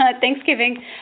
Thanksgiving